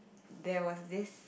there was this